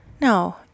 No